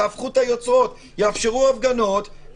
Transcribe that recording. תהפכו את היוצרות תאפשרו הפגנות,